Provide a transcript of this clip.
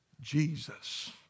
Jesus